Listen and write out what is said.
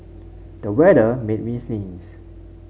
the weather made me sneeze